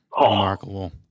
Remarkable